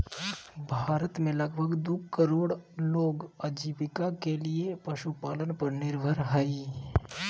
भारत में लगभग दू करोड़ लोग आजीविका के लिये पशुपालन पर निर्भर हइ